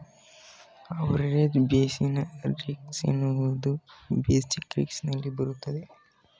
average basis risk ಎನ್ನುವುದು basis risk ನಲ್ಲಿ ಬರುತ್ತದೆ